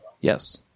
Yes